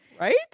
Right